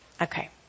Okay